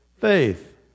faith